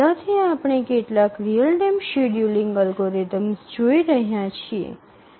પહેલાંથી આપણે કેટલાક રીઅલ ટાઇમ શેડ્યૂલિંગ અલ્ગોરિધમ્સ જોઈ રહ્યા છીએ